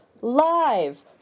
live